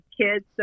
kids